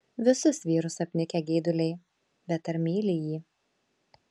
visus vyrus apnikę geiduliai bet ar myli jį